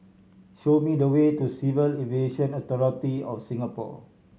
show me the way to Civil Aviation Authority of Singapore